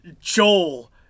Joel